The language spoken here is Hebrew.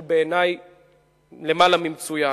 שהוא בעיני למעלה ממצוין,